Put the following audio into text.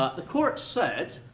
the court said,